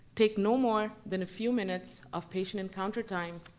take no more than a few minutes of patient encounter time,